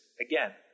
again